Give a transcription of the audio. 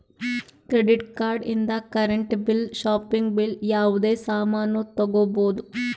credit card ಇಂದ್ current bill shopping bill ಯಾವುದೇ ಸಾಮಾನ್ನೂ ತಗೋಬೋದು